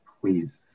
please